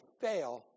fail